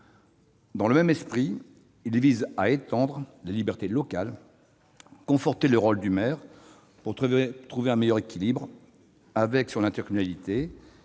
Dans le même esprit, il vise à étendre les libertés locales, à conforter le rôle du maire pour assurer un meilleur équilibre avec l'intercommunalité,